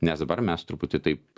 nes dabar mes truputį taip